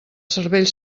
cervell